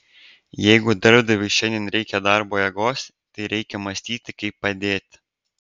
jeigu darbdaviui šiandien reikia darbo jėgos tai reikia mąstyti kaip padėti